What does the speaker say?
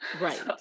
Right